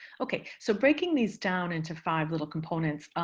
okay. so breaking these down into five little components,